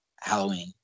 Halloween